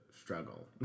struggle